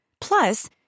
Plus